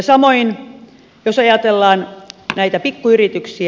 samoin jos ajatellaan näitä pikkuyrityksiä